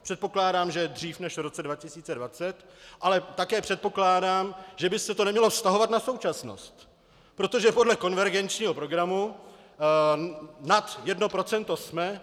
Předpokládám, že dřív než v roce 2020, ale také předpokládám, že by se to nemělo vztahovat na současnost, protože podle konvergenčního programu nad jedno procento jsme.